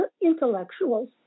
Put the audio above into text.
intellectuals